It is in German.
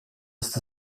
ist